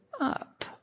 up